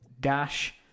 dash